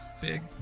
big